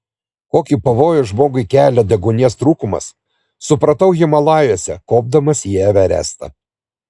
kokį pavojų žmogui kelia deguonies trūkumas supratau himalajuose kopdamas į everestą